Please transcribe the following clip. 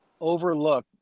overlook